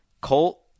Colt